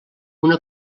una